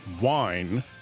wine